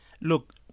Look